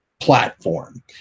platform